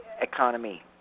economy